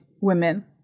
women